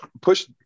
push